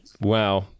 wow